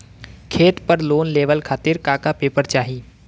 खेत पर लोन लेवल खातिर का का पेपर चाही?